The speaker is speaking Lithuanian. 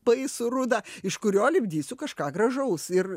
baisų rudą iš kurio lipdysiu kažką gražaus ir